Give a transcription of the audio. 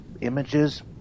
images